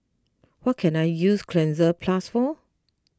what can I use Cleanz Plus for